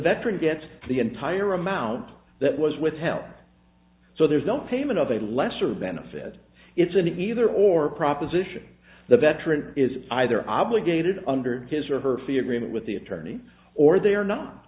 veteran gets the entire amount that was with him so there's no payment of a lesser benefit it's an either or proposition the veteran is either obligated under his or her fee agreement with the attorney or they are no